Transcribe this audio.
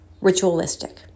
ritualistic